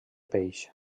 peix